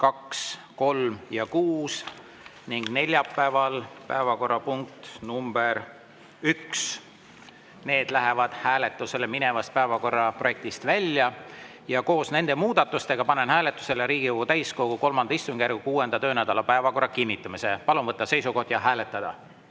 1, 2, 3 ja 6 ning neljapäeval päevakorrapunkt nr 1. Need lähevad hääletusele minevast päevakorraprojektist välja. Koos nende muudatustega panen hääletusele Riigikogu täiskogu III istungjärgu 6. töönädala päevakorra kinnitamise. Palun võtta seisukoht ja hääletada!